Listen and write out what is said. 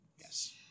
Yes